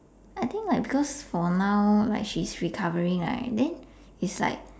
I think like because for now like she's recovering right then it's like